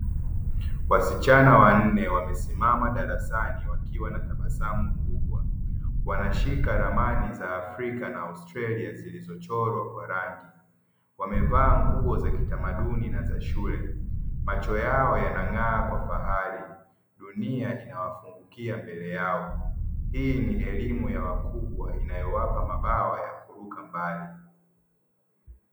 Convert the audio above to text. Wasichana wanne wamesimama darasani wakiwa na tabasamu kubwa, wanashika ramani za Afrika na Australia zilizo chorwa kwa rangi, wamevaa lebo za kitamaduni na shule, macho yao yana ng'aa kwa fahari dunia inawafungukia mbele yao, hii ni elimu ya wakuu inayowapa mabawa ya kuruka mbali.